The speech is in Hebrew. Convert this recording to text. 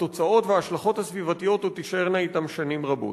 התוצאות וההשלכות הסביבתיות עוד תישארנה אתם שנים רבות.